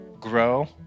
grow